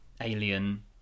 alien